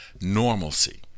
normalcy